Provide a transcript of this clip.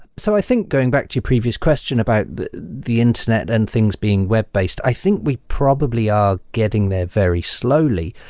so i think going back to your previous question about the the internet and things being web-based, i think we probably are getting there very slowly.